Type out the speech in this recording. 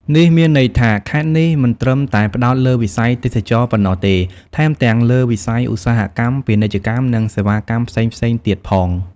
នេះមានន័យថា ខេត្តនេះមិនត្រឹមតែផ្តោតលើវិស័យទេសចរណ៍ប៉ុណ្ណោះទេ ថែមទាំងលើវិស័យឧស្សាហកម្ម ពាណិជ្ជកម្ម និងសេវាកម្មផ្សេងៗទៀតផង។